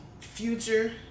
Future